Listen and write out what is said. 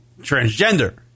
transgender